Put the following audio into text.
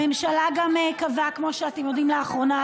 הממשלה גם קבעה לאחרונה,